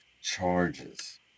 charges